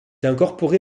incorporé